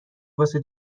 واسه